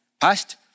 Past